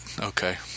okay